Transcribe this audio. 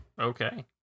Okay